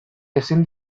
ezin